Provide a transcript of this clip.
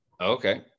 okay